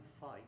fight